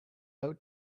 out